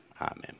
Amen